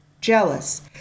Jealous